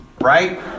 Right